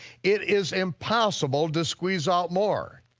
it is impossible to squeeze out more.